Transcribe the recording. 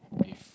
if